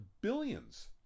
billions